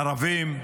ערבים,